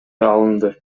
алынды